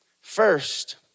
first